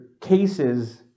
cases